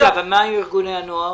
רגע, אבל מה עם ארגוני הנוער?